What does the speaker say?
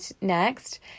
next